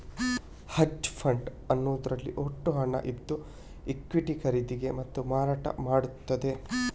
hedge fund ಅನ್ನುದ್ರಲ್ಲಿ ಒಟ್ಟು ಹಣ ಇದ್ದು ಈಕ್ವಿಟಿಗಳ ಖರೀದಿ ಮತ್ತೆ ಮಾರಾಟ ಮಾಡ್ತದೆ